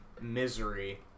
Misery